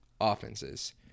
offenses